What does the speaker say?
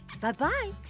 Bye-bye